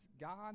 God